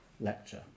Lecture